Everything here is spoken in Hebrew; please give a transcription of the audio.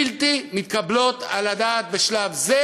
ונותנים לה סמכויות בלתי מתקבלות על הדעת בשלב זה,